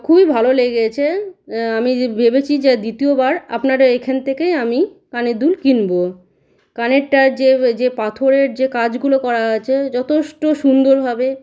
খুবই ভালো লেগেছে আমি যে ভেবেছি যে দ্বিতীয়বার আপনার এইখান থেকেই আমি কানের দুল কিনবো কানেরটা যে যে পাথরের যে কাজগুলো করা আছে যথেষ্ট সুন্দরভাবে